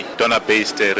donor-based